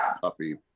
puppy